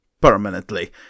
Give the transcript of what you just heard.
Permanently